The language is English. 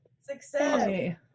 Success